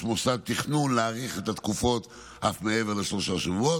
מוסד תכנון להאריך את התקופות אף מעבר לשלושה שבועות.